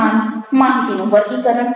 ધ્યાન માહિતીનું વર્ગીકરણ